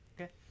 Okay